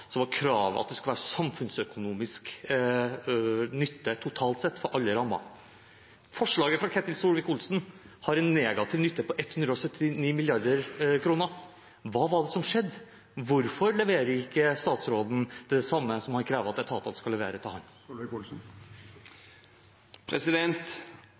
transportplanen, var kravet at det skulle være samfunnsøkonomisk nytte totalt sett for alle rammene. Forslaget fra Ketil Solvik-Olsen har en negativ nytte på 179 mrd. kr. Hva var det som skjedde? Hvorfor leverer ikke statsråden det samme som han krever at etatene skal levere til